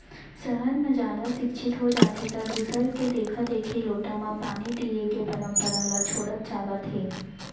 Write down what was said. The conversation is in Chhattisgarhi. सहर म जादा सिक्छित हो जाथें त दूसर के देखा देखी लोटा म पानी दिये के परंपरा ल छोड़त जावत हें